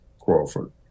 Crawford